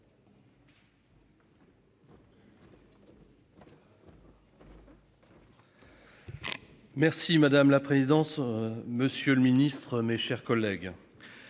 Merci madame la présidence. Monsieur le Ministre, mes chers collègues.